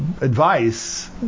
advice